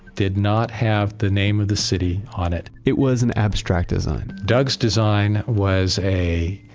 did not have the name of the city on it it was an abstract design doug's design was a,